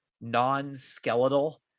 non-skeletal